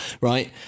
right